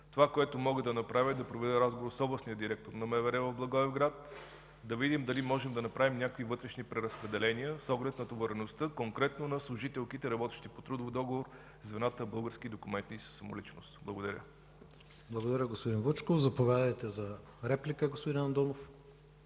Това, което мога да направя, е да проведа разговор с областния директор на МВР в Благоевград – да видим дали можем да направим някакви вътрешни преразпределения с оглед натовареността конкретно на служителките, работещи по трудов договор в звената „Български документи за самоличност”. Благодаря Ви. ПРЕДСЕДАТЕЛ ИВАН ИВАНОВ: Благодаря, господин Вучков. Заповядайте за реплика, господин Андонов.